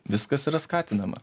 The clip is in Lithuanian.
viskas yra skatinama